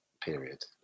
period